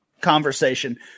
conversation